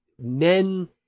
Men